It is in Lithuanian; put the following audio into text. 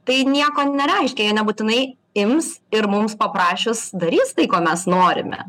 tai nieko nereiškia jie nebūtinai ims ir mums paprašius darys tai ko mes norime